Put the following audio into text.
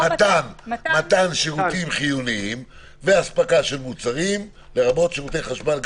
"מתן שירותים חיוניים ואספקה של מוצרים לרבות שירותי חשמל,